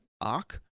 arc